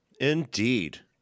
indeed